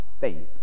faith